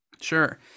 Sure